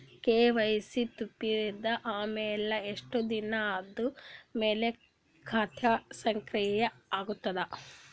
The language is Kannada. ಕೆ.ವೈ.ಸಿ ತುಂಬಿದ ಅಮೆಲ ಎಷ್ಟ ದಿನ ಆದ ಮೇಲ ಖಾತಾ ಸಕ್ರಿಯ ಅಗತದ?